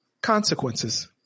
Consequences